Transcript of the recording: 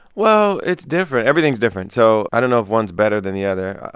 well, it's different. everything's different. so i don't know if one's better than the other.